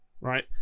right